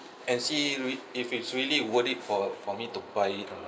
and see if it's really worth it for for me to buy it ah